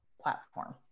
platform